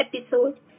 episode